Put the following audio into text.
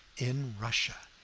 in russia.